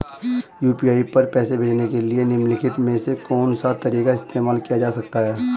UPI पर पैसे भेजने के लिए निम्नलिखित में से कौन सा तरीका इस्तेमाल किया जा सकता है?